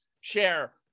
share